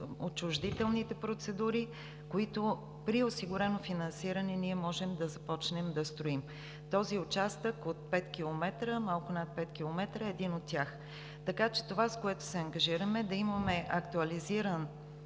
отчуждителните процедури, които, при осигурено финансиране, ние можем да започнем да строим. Този участък от 5 км, малко над 5 км, е един от тях. Така че това, с което се ангажираме, е да имаме актуализиран